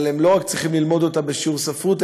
אבל הם לא רק צריכים ללמוד אותה בשיעור ספרות